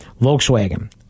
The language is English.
Volkswagen